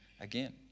again